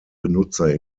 benutzer